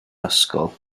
ysgol